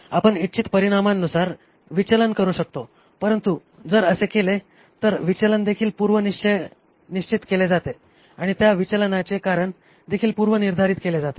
आपण इच्छित परिणामांपासून विचलन करू शकतो परंतु जर असे केले तर विचलन देखील पूर्वनिश्चय केले जाते आणि त्या विचलनाचे कारण देखील पूर्व निर्धारित केले जाते